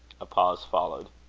a pause followed.